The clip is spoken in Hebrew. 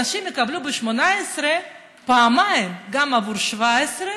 אנשים יקבלו ב-2018 פעמיים: גם עבור 2017,